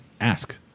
ask